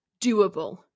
doable